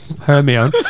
Hermione